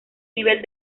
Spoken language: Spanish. nivel